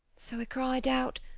so a cryed out,